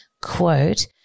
quote